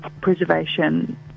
preservation